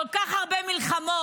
כל כך הרבה מלחמות,